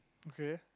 okay